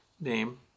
name